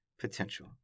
potential